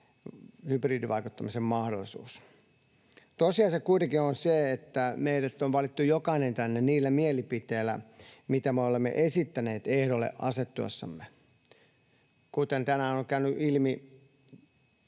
hybridivaikuttamisen mahdollisuus. Tosiasia kuitenkin on se, että meidät on valittu, jokainen, tänne niillä mielipiteillä, mitä me olemme esittäneet ehdolle asettuessamme. Kuten tänään on käynyt ilmi,